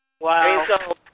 Wow